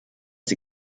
sie